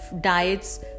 diets